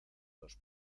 los